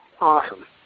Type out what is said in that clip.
Awesome